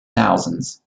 thousands